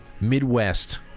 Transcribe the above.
Midwest